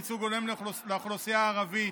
ייצוג הולם לאוכלוסייה הערבית),